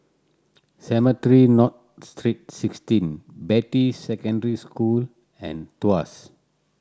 Cemetry North Street Sixteen Beatty Secondary School and Tuas